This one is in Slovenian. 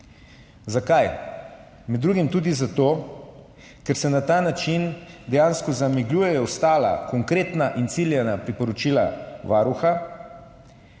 Zakaj? Med drugim tudi zato, ker se na ta način dejansko zamegljujejo ostala konkretna in ciljana priporočila Varuha.